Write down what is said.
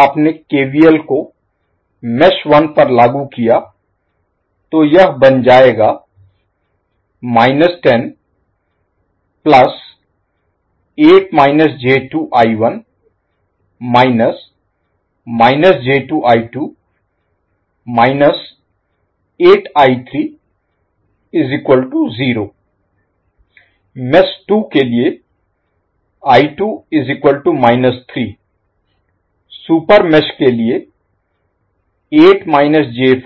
जब आपने केवीएल को मेष 1 पर लागू किया तो यह बन जाएगा मेष 2 के लिए सुपर मेष के लिए मेष 3